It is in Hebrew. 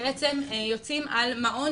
בעצם יוצאים על מעון,